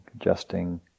adjusting